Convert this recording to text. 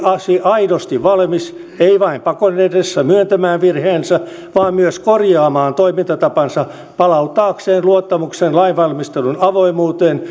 aidosti valmis ei vain pakon edessä myöntämään virheensä vaan myös korjaamaan toimintatapansa palauttaakseen luottamuksen lainvalmistelun avoimuuteen